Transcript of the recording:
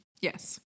Yes